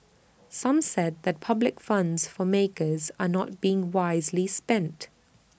some said that public funds for makers are not being wisely spent